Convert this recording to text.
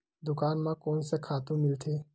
दुकान म कोन से खातु मिलथे?